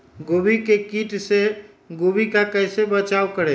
गोभी के किट से गोभी का कैसे बचाव करें?